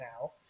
now